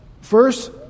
First